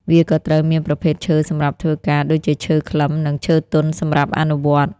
វាក៏ត្រូវមានប្រភេទឈើសម្រាប់ធ្វើការដូចជាឈើខ្លឹមនិងឈើទន់សម្រាប់អនុវត្ត។